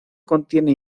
contiene